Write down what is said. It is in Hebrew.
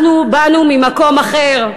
אנחנו באנו ממקום אחר,